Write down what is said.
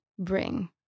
bring